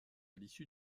l’issue